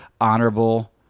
honorable